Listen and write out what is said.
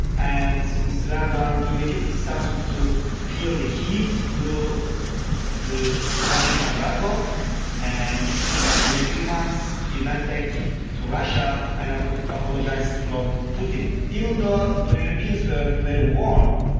and mr. erdogan immediately started to feel the heat through the russian embargo and in a few months he went back to russia and but apologized putin. even though the europeans were very warm,